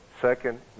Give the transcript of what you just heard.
Second